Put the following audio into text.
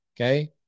Okay